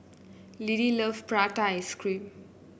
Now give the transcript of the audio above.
Lidie loves Prata Ice Cream